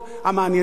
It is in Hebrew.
המעניינות,